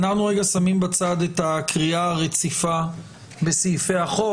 אנחנו רגע שמים בצד את הקריאה הרציפה בסעיפי החוק.